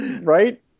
Right